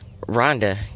Rhonda